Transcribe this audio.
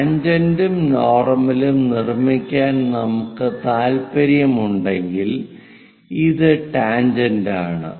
ടാൻജെന്റും നോർമലും നിർമ്മിക്കാൻ നമുക്ക് താൽപ്പര്യമുണ്ടെങ്കിൽ ഇത് ടാൻജെന്റാണ്